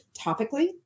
topically